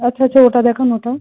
আচ্ছা আচ্ছা ওটা দেখান ওটা